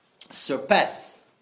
surpass